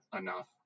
enough